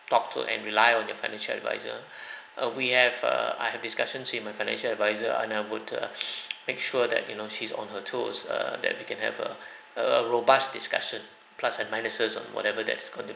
talk to and rely on your financial advisor ah uh we have err I have discussions with my financial advisor and I would uh make sure that you know she's on her toes err that you can have a a robust discussion plus and minuses on whatever that's going to